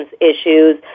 issues